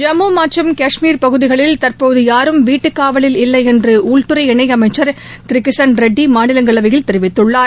ஜம்மு மற்றும் காஷ்மீர் பகுதிகளில் தற்போது யாரும் வீட்டுக்காவலில் இல்லை என்று உள்துறை இணையமைச்சர் திரு கிசன் ரெட்டி மாநிலங்களவையில் தெரிவித்துள்ளார்